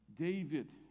David